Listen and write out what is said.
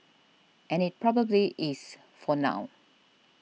and it probably is for now